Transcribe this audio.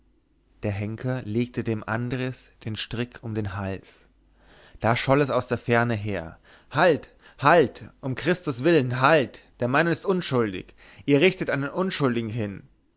der henker legte dem andres den strick um den hals da scholl es aus der ferne her halt halt um christus willen halt der mann ist unschuldig ihr richtet einen unschuldigen hin